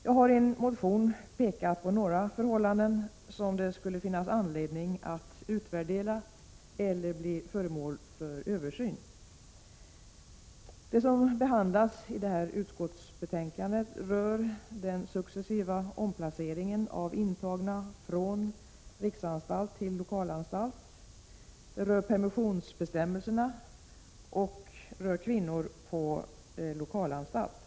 Jag har i en motion pekat på några förhållanden som det skulle finnas anledning att utvärdera eller göra till föremål för översyn. Det som behandlas i detta utskottsbetänkande rör den successiva omplaceringen av intagna från riksanstalt till lokalanstalt, permissionsbestämmelserna och kvinnor på lokalanstalt.